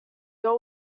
your